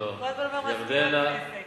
אז "סודה סטרים",